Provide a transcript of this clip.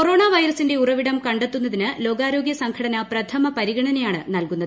corona വൈറസിന്റെ ഉറവിടം കണ്ടെത്തുന്നതിനു ലോകാരോഗ്യസംഘടന പ്രഥമ പരിഗണനയാണ് നൽകുന്നത്